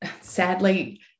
sadly